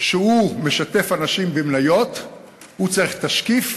שהוא משתף אנשים במניות הוא צריך תשקיף,